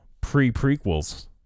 pre-prequels